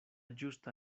ĝusta